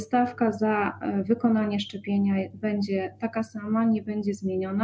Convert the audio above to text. Stawka za wykonanie szczepienia będzie taka sama, nie będzie zmieniona.